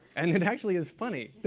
and it actually is funny.